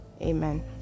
Amen